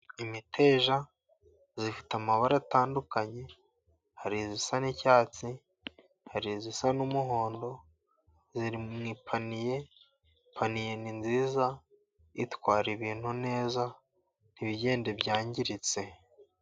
Imiteja ifite amabara atandukanye, hari isa n'icyatsi, hari isa n'umuhondo, iri mu ipaniye, ipaniye ni nziza, itwara ibintu neza, ntibigende byangiritse.